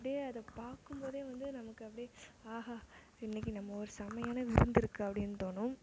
அப்படியே அதை பாக்கும் போதே வந்து நமக்கு அப்படியே ஆஹா இன்னிக்கி நம்ம ஒரு செமையான விருந்துருக்குது அப்படின்னு தோணும்